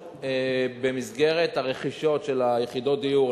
במסגרת הרכישות של יחידות הדיור,